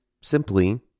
simply